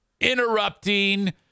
Interrupting